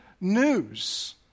news